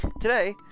Today